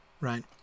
right